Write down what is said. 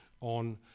on